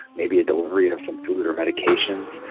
maybe a delivery of some food or medications,